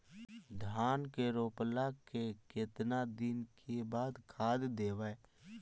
धान के रोपला के केतना दिन के बाद खाद देबै?